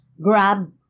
grab